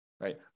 right